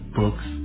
books